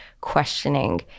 questioning